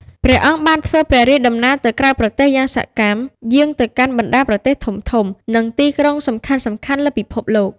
ព្រះអង្គបានធ្វើព្រះរាជដំណើរទៅក្រៅប្រទេសយ៉ាងសកម្ម យាងទៅកាន់បណ្ដាប្រទេសធំៗ និងទីក្រុងសំខាន់ៗលើពិភពលោក។